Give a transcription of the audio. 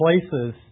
places